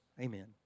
Amen